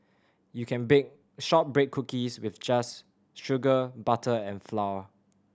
you can bake shortbread cookies with just sugar butter and flour